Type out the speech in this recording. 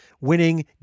winning